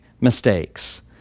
mistakes